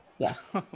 Yes